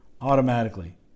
automatically